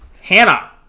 Hannah